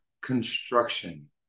construction